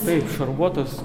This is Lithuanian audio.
taip šarvuotos